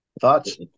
thoughts